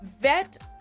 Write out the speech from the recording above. Vet